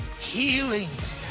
healings